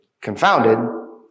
confounded